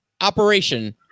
operation